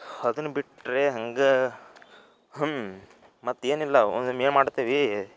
ಅದನ್ನು ಬಿಟ್ಟರೆ ಹಂಗೆ ಮತ್ತೇನಿಲ್ಲ ಒಮ್ಮೊಮ್ಮೆ ಮಾಡ್ತೇವೆ